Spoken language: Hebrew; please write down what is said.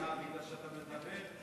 אני עונה לך בגלל שאתה מדבר.